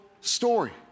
story